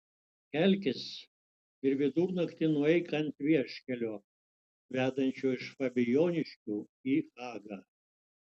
kelkis ir vidurnaktį nueik ant vieškelio vedančio iš fabijoniškių į hagą